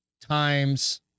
times